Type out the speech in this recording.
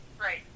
Right